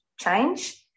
change